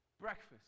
Breakfast